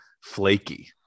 flaky